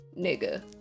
nigga